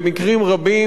במקרים רבים,